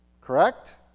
correct